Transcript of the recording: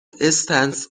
استنس